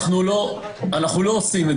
אז למה --- אנחנו לא עושים את